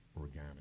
organic